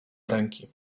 ręki